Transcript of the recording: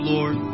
Lord